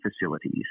facilities